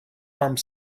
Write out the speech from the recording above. armed